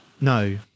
No